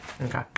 Okay